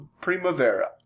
Primavera